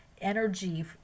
energy